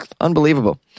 Unbelievable